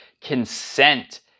consent